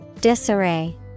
Disarray